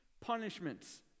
punishments